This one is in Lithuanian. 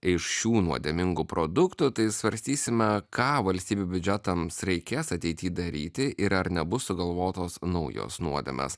iš šių nuodėmingų produktų tai svarstysime ką valstybių biudžetams reikės ateity daryti ir ar nebus sugalvotos naujos nuodėmės